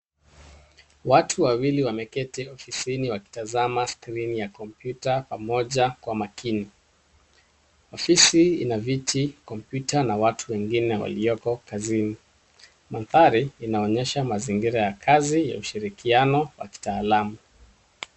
Watu wawili wameketi ofisini wakitazama skrini ya kompyuta pamoja kwa makini. Ofisi ina viti, kompyuta na watu wengine walioko kazini. Mandhari inaonyesha mazingira ya kazi ya ushirikiano wa kitaalamu.